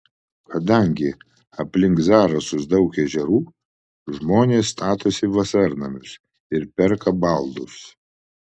kadangi aplink zarasus daug ežerų žmonės statosi vasarnamius ir perka baldus